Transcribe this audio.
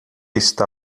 está